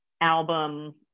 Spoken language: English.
album